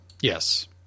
Yes